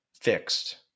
fixed